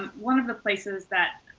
um one of the places that